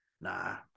nah